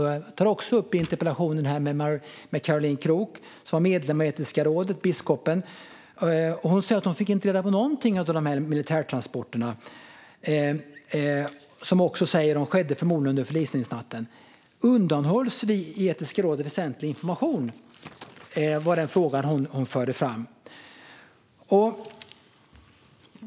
Jag tar i interpellationen också upp biskop Caroline Krook som var medlem i Etiska rådet. Hon säger att hon inte har fått reda på någonting om militärtransporterna och att de förmodligen hade skett under förlisningsnatten. "Undanhålls vi i Etiska rådet väsentlig information?" Detta är en fråga som hon fört fram.